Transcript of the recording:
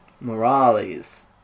Morales